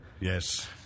Yes